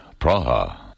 Praha